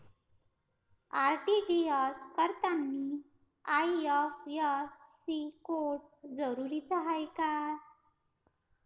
RTGS करतांनी IFSC code जरुरीचा हाय का?